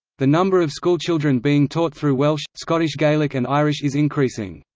the number of schoolchildren being taught through welsh, scottish gaelic and irish is increasing.